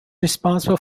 responsible